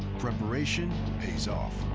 preparation pays off.